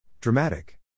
Dramatic